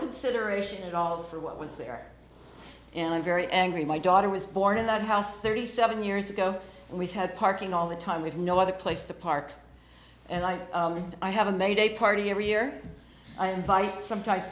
consideration at all for what was there and i'm very angry my daughter was born in that house thirty seven years ago and we've had parking all the time with no other place to park and i i haven't made a party every year i invite some